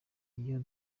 iyo